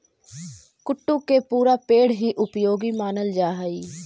कुट्टू के पुरा पेड़ हीं उपयोगी मानल जा हई